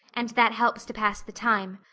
and that helps to pass the time.